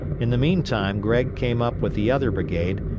in the meantime gregg came up with the other brigade,